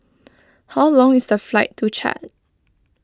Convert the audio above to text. how long is the flight to Chad